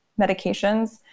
medications